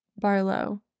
Barlow